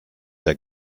der